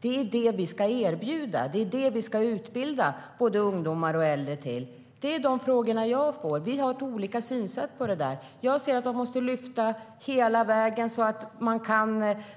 Det är det som vi ska erbjuda, det är det som vi ska utbilda både ungdomar och äldre till. Det är det budskap som jag får. Vi har olika synsätt. Jag anser att man ska lyfta hela vägen så att